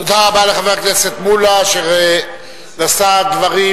תודה רבה לחבר הכנסת מולה אשר נשא דברים